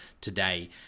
today